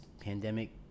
pandemic